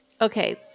okay